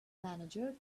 manager